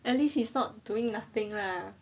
at least he's not doing nothing lah